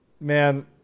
man